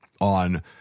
on